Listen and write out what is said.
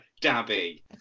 Dabby